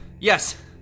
Yes